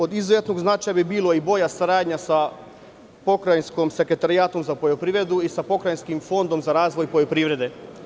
Od izuzetnog značaja bi bila i bolja saradnja sa Pokrajinskim sekretarijatom za poljoprivredu i sa Pokrajinskim fondom za razvoj poljoprivrede.